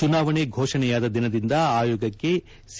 ಚುನಾವಣೆ ಘೋಷಣೆಯಾದ ದಿನದಿಂದ ಆಯೋಗಕ್ಕೆ ಸಿ